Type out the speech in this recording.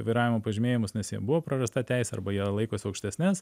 vairavimo pažymėjimus nes jie buvo prarasta teisė arba jie laiko aukštesnes